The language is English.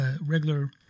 regular